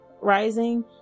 rising